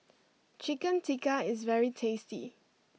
Chicken Tikka is very tasty